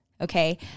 Okay